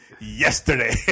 yesterday